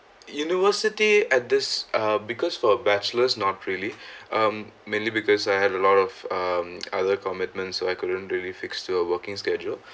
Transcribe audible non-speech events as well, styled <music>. university at this uh because for a bachelor not really <breath> um mainly because I had a lot of um other commitments so I couldn't really fix to a working schedule